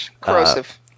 corrosive